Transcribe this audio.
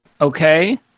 Okay